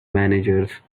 managers